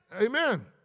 Amen